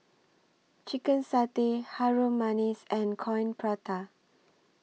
Chicken Satay Harum Manis and Coin Prata